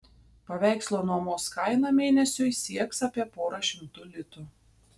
paveikslo nuomos kaina mėnesiui sieks apie porą šimtų litų